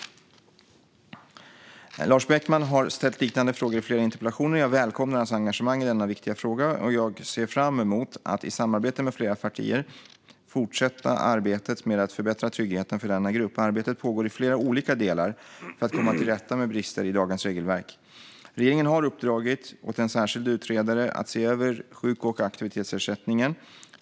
Lars Beckman har ställt liknande frågor i flera interpellationer. Jag välkomnar hans engagemang i denna viktiga fråga, och jag ser fram emot att i samarbete med flera partier fortsätta arbetet med att förbättra tryggheten för denna grupp. Arbete pågår i flera olika delar för att komma till rätta med brister i dagens regelverk. Regeringen har uppdragit åt en särskild utredare att se över sjuk och aktivitetsersättningen .